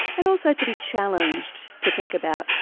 and also to be challenged to think about,